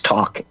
Talk